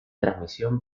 transmisión